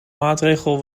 maatregel